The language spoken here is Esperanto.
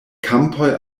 kampoj